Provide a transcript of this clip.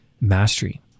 mastery